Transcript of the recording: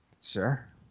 Sure